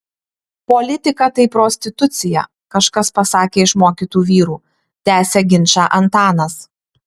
politika tai prostitucija kažkas pasakė iš mokytų vyrų tęsia ginčą antanas